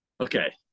Okay